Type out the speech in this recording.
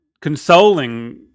consoling